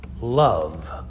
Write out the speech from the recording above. love